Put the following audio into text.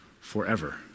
forever